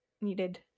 needed